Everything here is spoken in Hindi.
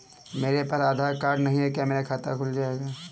मेरे पास आधार कार्ड नहीं है क्या मेरा खाता खुल जाएगा?